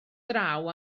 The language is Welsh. draw